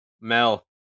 Mel